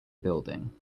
building